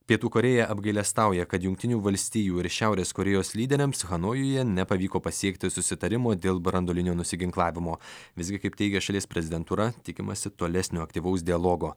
pietų korėja apgailestauja kad jungtinių valstijų ir šiaurės korėjos lyderiams hanojuje nepavyko pasiekti susitarimo dėl branduolinio nusiginklavimo visgi kaip teigia šalies prezidentūra tikimasi tolesnio aktyvaus dialogo